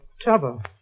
trouble